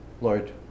Lord